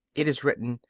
it is written,